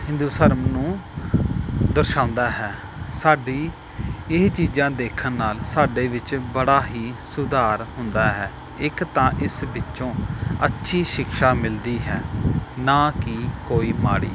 ਹਿੰਦੂ ਧਰਮ ਨੂੰ ਦਰਸਾਉਂਦਾ ਹੈ ਸਾਡੀ ਇਹ ਚੀਜ਼ਾਂ ਦੇਖਣ ਨਾਲ ਸਾਡੇ ਵਿੱਚ ਬੜਾ ਹੀ ਸੁਧਾਰ ਹੁੰਦਾ ਹੈ ਇੱਕ ਤਾਂ ਇਸ ਵਿੱਚੋਂ ਅੱਛੀ ਸ਼ਿਕਸ਼ਾ ਮਿਲਦੀ ਹੈ ਨਾ ਕਿ ਕੋਈ ਮਾੜੀ